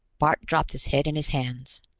bart dropped his head in his hands.